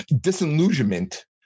disillusionment